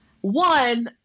One